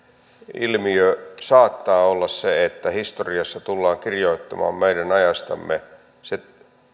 ilmiö saattaa olla se että historiassa tullaan kirjoittamaan meidän ajastamme se